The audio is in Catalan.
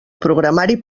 programari